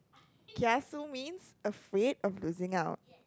kiasu means afraid of losing out